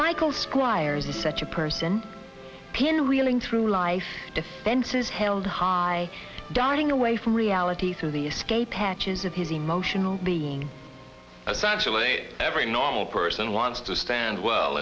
michael squires is such a person pin wheeling through life defenses held high darting away from reality so the escape hatches of his emotional being actually every normal person wants to stand well